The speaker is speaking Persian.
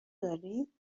داریم